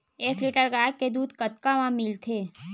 एक लीटर गाय के दुध कतका म मिलथे?